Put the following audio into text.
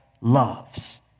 loves